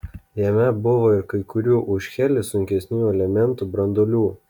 jame buvo ir kai kurių už helį sunkesnių elementų branduolių